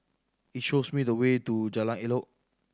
shows me the way to Jalan Elok